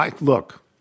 Look